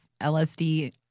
LSD